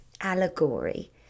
allegory